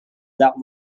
that